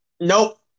Nope